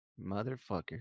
motherfucker